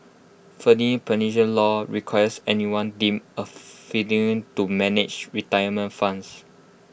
federal pension law requires anyone deemed A fiduciary to manage retirement funds